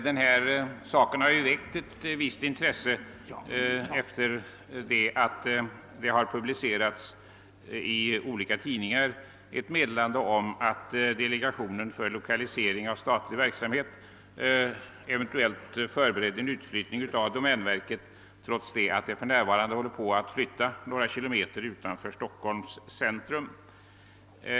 Denna angelägenhet har väckt ett visst intresse sedan olika tidningar publicerat ett meddelande om att delegationen för lokalisering av statlig verksamhet förbereder en eventuell utflyttning av domänverket trots att nya lokaler för verket för närvarande håller på att iordningställas på en plats några kilometer utanför Stockholms centrum.